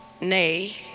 nay